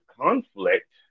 conflict